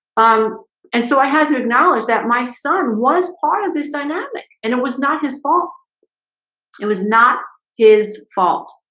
um and so i had to acknowledge that my son was part of this dynamic and it was not his fault it was not his fault.